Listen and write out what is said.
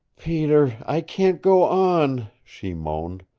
peter, i can't go on, she moaned.